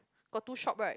got two shop right